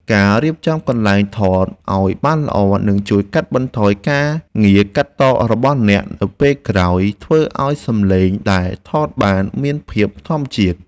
ការរៀបចំកន្លែងថតឱ្យបានល្អនឹងជួយកាត់បន្ថយការងារកាត់តរបស់អ្នកនៅពេលក្រោយ និងធ្វើឱ្យសំឡេងដែលថតបានមានភាពធម្មជាតិ។